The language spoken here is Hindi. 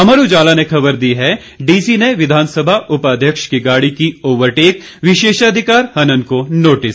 अमर उजाला ने खबर दी है डीसी ने विस उपाध्यक्ष की गाड़ी की ओवरटेक विशेषाधिकार हनन को नोटिस